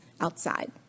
outside